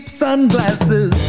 sunglasses